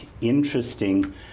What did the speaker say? interesting